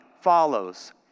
follows